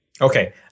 Okay